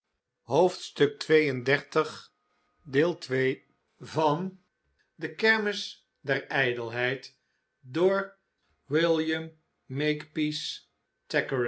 i oclocrooococoocococooclf de kermis der ijdelheid van william